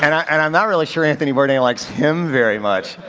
and and i'm not really sure anthony bourdain likes him very much,